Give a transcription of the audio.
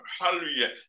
Hallelujah